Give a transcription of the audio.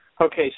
Okay